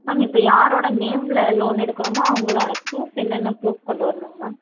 ma'am இப்போ யாரோட நேம்மில் லோன் எடுக்குறோமோ அவங்களோட ப்ரூஃப் என்னென்ன ப்ரூஃப் கொண்டு வரணுங்க மேம்